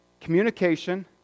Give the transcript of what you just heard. communication